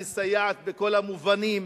המסייעת בכל המובנים,